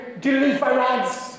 deliverance